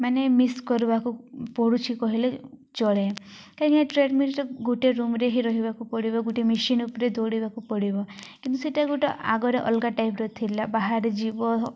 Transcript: ମାନେ ମିସ୍ କରିବାକୁ ପଡ଼ୁଛି କହିଲେ ଚଳେ କାହିଁକିନା ଟ୍ରେଡ଼ମିଲଟା ଗୋଟେ ରୁମରେ ହିଁ ରହିବାକୁ ପଡ଼ିବ ଗୋଟେ ମେସିନ୍ ଉପରେ ଦୌଡ଼ିବାକୁ ପଡ଼ିବ କିନ୍ତୁ ସେଇଟା ଗୋଟେ ଆଗରେ ଅଲଗା ଟାଇପର ଥିଲା ବାହାରେ ଯିବ